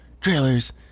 trailers